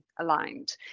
aligned